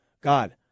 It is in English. God